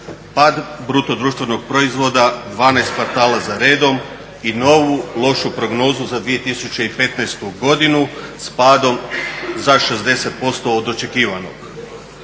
Pad BDP-a 12 kvartala za redom i novu lošu prognozu za 2015.godinu s padom za 60% od očekivanog.